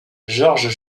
georges